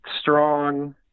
strong